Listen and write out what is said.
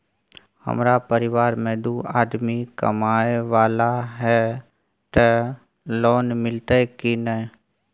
हमरा परिवार में दू आदमी कमाए वाला हे ते लोन मिलते की ने?